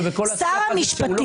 וכל השיח הזה הוא לא קשור למציאות.